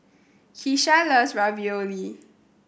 Kesha loves Ravioli